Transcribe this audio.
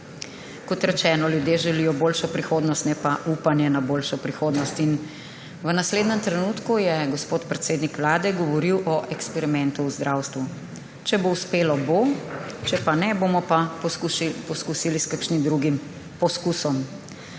Kot rečeno, ljudje želijo boljšo prihodnost, ne pa upanja na boljšo prihodnost. V naslednjem trenutku je gospod predsednik Vlade govoril o eksperimentu v zdravstvu. Če bo uspelo, bo, če ne, bomo pa poskusili s kakšnim drugim poizkusom,